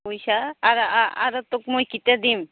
পইছা আৰু আৰু তোক মই কেতিয়া দিম